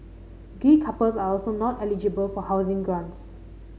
gay couples are also not eligible for housing grants